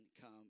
come